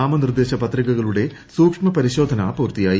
നാമനിർദ്ദേശ പത്രിക്കുകളുടെ സൂക്ഷ്മ പരിശോധന പൂർത്തിയായി